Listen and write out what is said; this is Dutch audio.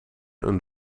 een